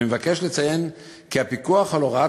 אני מבקש לציין כי הפיקוח על הוראת